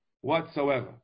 whatsoever